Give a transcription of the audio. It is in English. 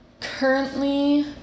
Currently